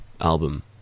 album